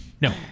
No